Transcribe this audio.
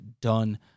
done